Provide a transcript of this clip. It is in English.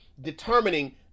determining